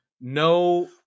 no